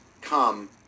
come